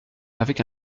avec